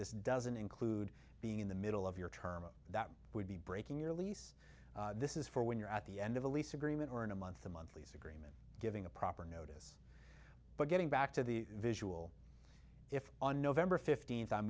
this doesn't include being in the middle of your term that would be breaking your lease this is for when you're at the end of the lease agreement or in a month a month lease agreement giving a proper notice but getting back to the visual if on november fifteenth i'm